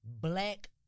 black